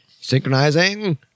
synchronizing